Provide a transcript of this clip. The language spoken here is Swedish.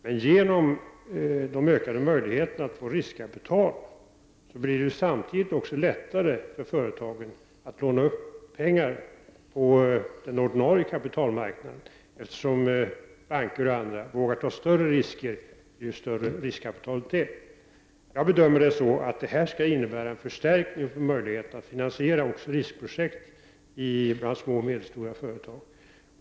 Men genom företagens ökade möjligheter till riskkapital blir det samtidigt lättare för företagen att låna upp pengar på den ordinarie kapitalmarknaden, eftersom banker och andra vågar ta större risker ju större riskkapitalet är. Jag bedömer att detta skall innebära en förstärkning när det gäller möjligheten att finansiera också riskprojekt i små och medelstora företag.